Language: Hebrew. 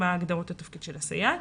מהן הגדרות התפקיד של הסייעת,